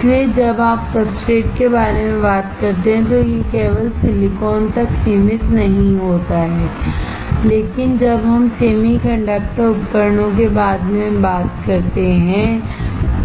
इसलिए जब आप सब्सट्रेट के बारे में बात करते हैं तो यह केवल सिलिकॉन तक सीमित नहीं होता है लेकिन जब हम सेमी कंडक्टर उपकरणों के बारे में बात करते हैं